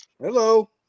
Hello